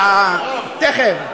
תכף.